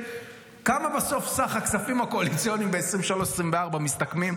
בכמה בסוף סך הכספים הקואליציוניים ב-2023 2024 מסתכמים?